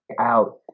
out